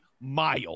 mile